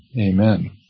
amen